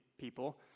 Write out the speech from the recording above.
people